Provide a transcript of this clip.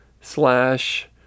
slash